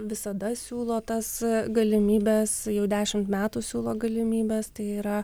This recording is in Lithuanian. visada siūlo tas galimybes jau dešimt metų siūlo galimybes tai yra